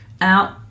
out